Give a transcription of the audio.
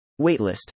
Waitlist